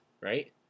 right